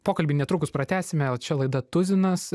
pokalbį netrukus pratęsime o čia laida tuzinas